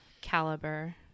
Caliber